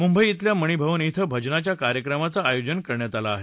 मुंबई डिल्या मणीभवन डिं भजनाच्या कार्यक्रमाचं आयोजन करण्यात आलं आहे